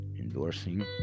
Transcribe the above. endorsing